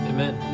Amen